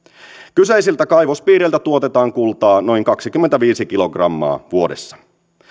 kyseisiltä kaivospiireiltä tuotetaan kultaa noin kaksikymmentäviisi kilogrammaa vuodessa